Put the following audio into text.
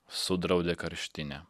sudraudė karštinę